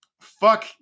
fuck